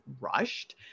rushed